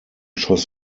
schoss